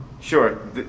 Sure